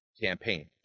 campaign